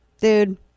Dude